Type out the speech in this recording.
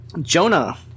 Jonah